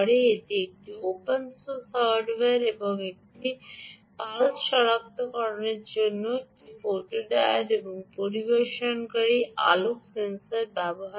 এটি একটি open source hardware এবং এটি পালসার সনাক্তকরণের জন্য একটি ফটোডিয়োড এবং পরিবেশনকারী আলোক সেন্সর ব্যবহার করে